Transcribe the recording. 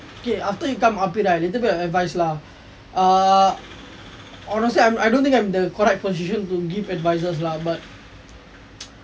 okay after you come R_P right a little bit of advice lah err honestly I'm I don't think I'm the correct position to give advices lah but